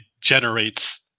generates